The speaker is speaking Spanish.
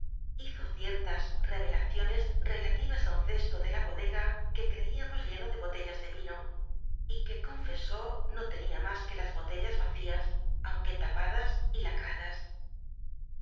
hizo ciertas cvclacioncs relatiras ú un cesto de la bodega que ci'ciamos lleno de botellas ele vino y que confesó no contenía mas que las botellas vacías aunque tapada